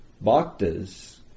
bhaktas